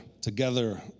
together